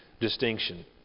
distinction